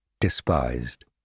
despised